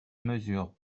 mesure